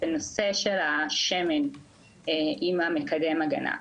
בנושא של השמן עם מקדם ההגנה,